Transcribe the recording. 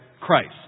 Christ